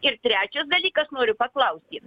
ir trečias dalykas noriu paklausti